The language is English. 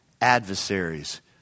adversaries